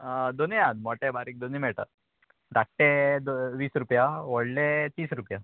दोनी आहात मोटे बारीक दोनीय मेळटात धाकटे वीस रुपया व्हडले तीस रुपया